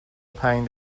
پنج